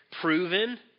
proven